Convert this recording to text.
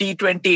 T20